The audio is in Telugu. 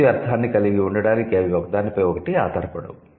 పూర్తి అర్ధాన్ని కలిగి ఉండటానికి అవి ఒకదానిపై ఒకటి ఆధారపడవు